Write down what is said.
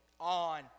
On